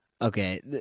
Okay